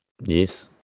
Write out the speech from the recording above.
Yes